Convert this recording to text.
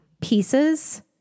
pieces